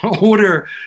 order